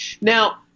Now